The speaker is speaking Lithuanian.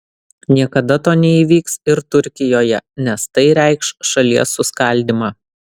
niekada to neįvyks ir turkijoje nes tai reikš šalies suskaldymą